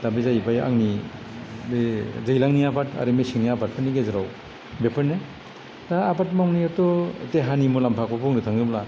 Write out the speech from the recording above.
दा बे जाहैबाय आंनि बे दैज्लांनि आबाद आरो मेसेंनि आबादफोरनि गेजेराव बेफोरनो दा आबाद मावनायाथ' देहानि मुलाम्फाखौ बुंनो थाङोब्ला